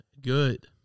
good